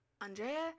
Andrea